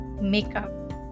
Makeup